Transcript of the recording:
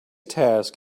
task